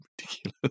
ridiculous